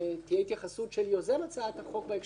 התייחסות של יוזם הצעת החוק בהקשר הזה,